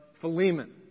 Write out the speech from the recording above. Philemon